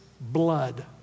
blood